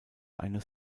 eines